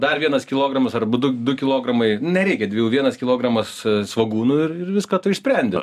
dar vienas kilogramas arba du du kilogramai nereikia dviejų vienas kilogramas svogūnų ir ir viską tu išsprendi